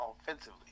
offensively